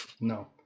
no